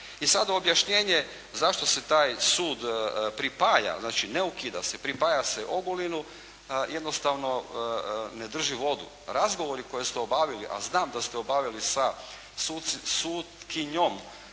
I sada objašnjenje zašto se taj sud pripaja, znači ne ukida se, pripaja se Ogulinu jednostavno ne drži vodu. Razgovori koje ste obavili a znam da ste obavili sa sutkinjom